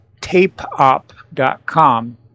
tapeop.com